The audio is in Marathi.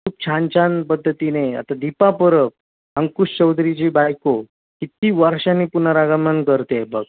खूप छान छान पद्धतीने आता दीपा परब अंकुश चौधरीची बायको किती वर्षांनी पुनरागमन करते आहे बघ